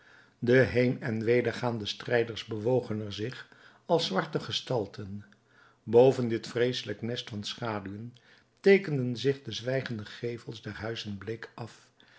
de heen en wedergaande strijders bewogen er zich als zwarte gestalten boven dit vreeselijke nest van schaduwen teekenden zich de zwijgende gevels der huizen bleek af